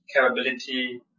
capability